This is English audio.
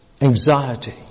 anxiety